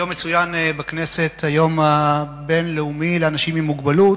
היום יצוין בכנסת היום הבין-לאומי לאנשים עם מוגבלות.